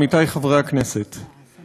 עמיתי חברי הכנסת,